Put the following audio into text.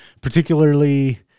particularly